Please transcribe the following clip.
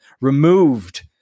removed